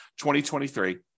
2023